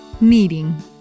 Kneading